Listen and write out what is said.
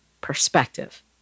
perspective